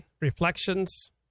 reflections